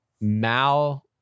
mal